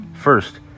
First